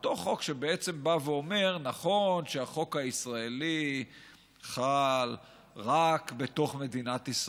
אותו חוק שבעצם בא ואומר: נכון שהחוק הישראלי חל רק בתוך מדינת ישראל,